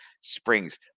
Springs